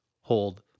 hold